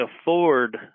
afford